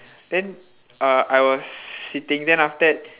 then uh I was sitting then after that